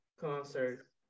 concert